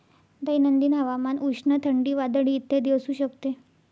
दैनंदिन हवामान उष्ण, थंडी, वादळी इत्यादी असू शकते